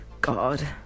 God